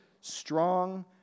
strong